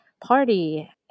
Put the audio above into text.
party